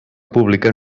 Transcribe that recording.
pública